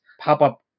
pop-up